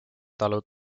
talu